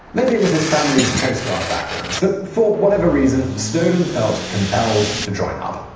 maybe it was his family's coast guard background, but for whatever reason, snowden felt compelled to join up.